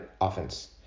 offense